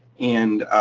and